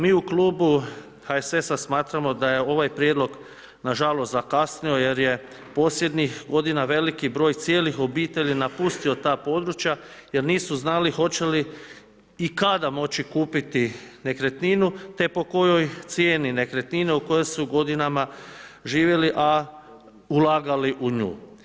Mi u Klubu HSS-a smatramo da je ovaj prijedlog nažalost zakasnio, jer je posljednjih g. veliki broj cijelih obitelji napustio ta područja, jer nisu znali, hoće li i kada moći kupiti nekretninu te po kojoj cijeni nekretnine, u kojoj su godinama živjeli, a ulagali u nju.